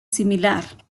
similar